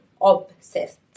Obsessed